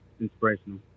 inspirational